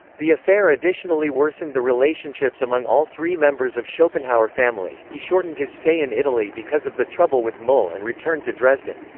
the affair additionally worsened the relationships among all three members of schopenhauer family he shortened his stay in italy because of the trouble with muhl and returned to dresden.